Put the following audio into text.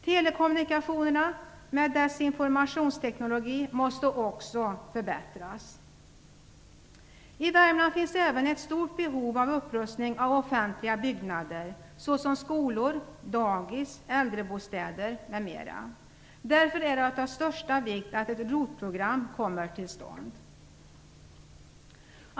Telekommunikationerna och deras informationsteknologi måste också förbättras. I Värmland finns även ett stort behov av upprustning av offentliga byggnader såsom skolor, dagis, äldrebostäder, m.m. Därför är det av största vikt att ett ROT-program kommer till stånd.